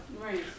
Right